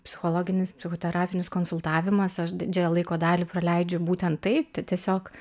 psichologinis psichoterapinis konsultavimas aš didžiąją laiko dalį praleidžiu būtent taip tai tiesiog